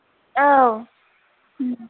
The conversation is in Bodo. औ ओं